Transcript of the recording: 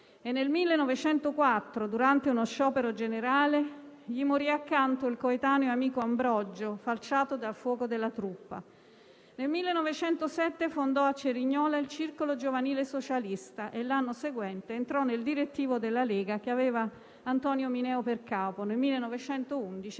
Nel 1904 durante uno sciopero generale gli morì accanto il coetaneo e amico Ambrogio, falciato dal fuoco della truppa. Nel 1907 fondò a Cerignola il Circolo giovanile socialista e l'anno seguente entrò nel direttivo della lega che aveva Antonio Mineo per capo; nel 1911